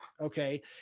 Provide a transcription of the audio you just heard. Okay